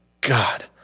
God